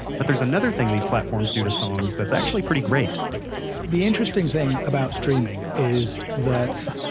but there's another thing these platforms do to songs that's actually pretty great the interesting thing about streaming is that,